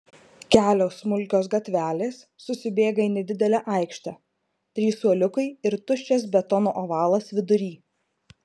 kelios smulkios gatvelės susibėga į nedidelę aikštę trys suoliukai ir tuščias betono ovalas vidury